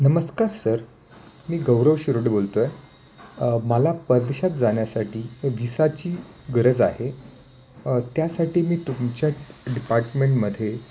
नमस्कार सर मी गौरव शिरोड बोलतो आहे मला परदेशात जाण्यासाठी विसाची गरज आहे त्यासाठी मी तुमच्या डिपार्टमेंटमध्ये